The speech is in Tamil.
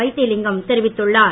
வைத்திலிங்கம் தெரிவித்துள்ளார்